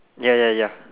ya ya ya